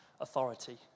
authority